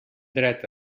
dret